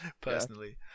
personally